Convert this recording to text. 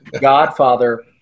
godfather